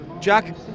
Jack